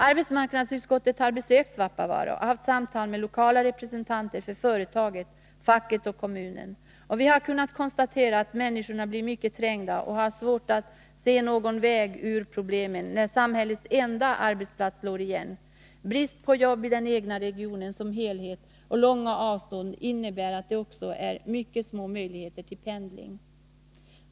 Arbetsmarknadsutskottet har besökt Svappavaara och haft samtal med lokala representanter för företaget, facket och kommunen. Vi har kunnat konstatera att människorna blir mycket trängda och har svårt att se någon väg ut ur problemen när samhällets enda arbetsplats slår igen. Brist på jobb i den egna regionen som helhet och långa avstånd innebär att det också är mycket små möjligheter till pendling.